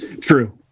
True